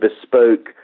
bespoke